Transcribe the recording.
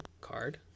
card